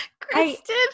Kristen